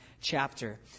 chapter